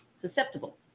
susceptible